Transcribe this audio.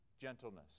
gentleness